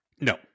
No